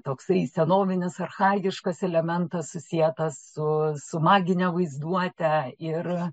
toksai senovinis archajiškas elementas susietas su su magine vaizduot ir